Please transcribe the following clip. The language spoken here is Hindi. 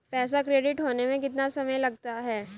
पैसा क्रेडिट होने में कितना समय लगता है?